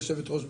גברתי היו"ר,